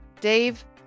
Dave